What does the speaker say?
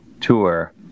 tour